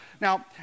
Now